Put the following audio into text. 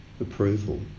approval